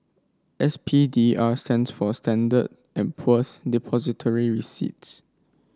S P D R stands for Standard and Poor's Depository Receipts